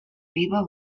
riba